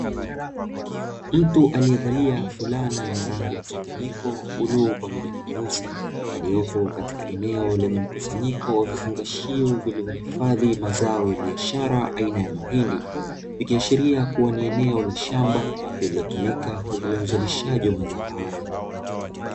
Mtu aliyevalia fulana yenye rangi mchanganyiko buluu pamoja na nyeusi, aliyopo katika eneo lenye mkusanyiko wa vifungashio vilivyohifadhi mazao ya biashara aina ya mahindi, ikiashiria kuwa ni eneo la shamba lililotumika kwa ajili ya uzalishaji wa mazao hayo.